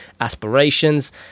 aspirations